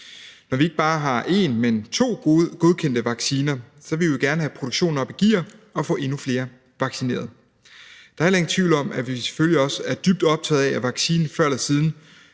Når vi ikke bare har en, men to godkendte vacciner, vil vi jo gerne have produktionen op i gear og få endnu flere vaccineret. Der er heller ingen tvivl om, at vi selvfølgelig også er dybt optaget af, at vaccinen før eller siden